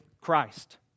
christ